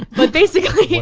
but basically.